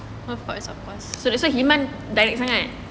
so that's why himan direct sangat